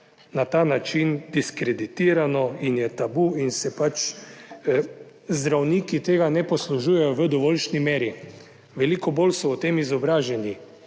na ta način diskreditirano in je tabu in se pač zdravniki tega ne poslužujejo v dovoljšnji meri. Veliko bolj so o tem izobraženi